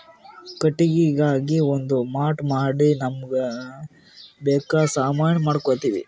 ಕಟ್ಟಿಗಿಗಾ ಒಂದ್ ಮಾಟ್ ಮಾಡಿ ನಮ್ಮ್ಗ್ ಬೇಕಾದ್ ಸಾಮಾನಿ ಮಾಡ್ಕೋತೀವಿ